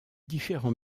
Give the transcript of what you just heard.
différents